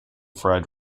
fried